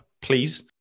please